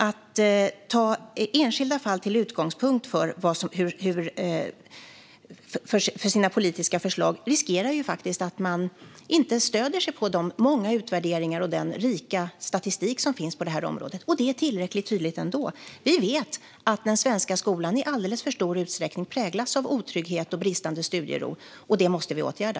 Att ta enskilda fall som utgångspunkt för sina politiska förslag riskerar faktiskt att man inte stöder sig på de många utvärderingar och den rika statistik som finns på detta område. Det är tillräckligt tydligt ändå. Vi vet att den svenska skolan i alldeles för stor utsträckning präglas av otrygghet och bristande studiero, och det måste vi åtgärda.